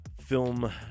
film